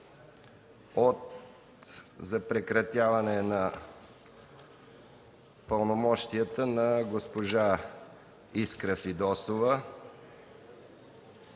за прекратяване на пълномощията от госпожа Искра Фидосова,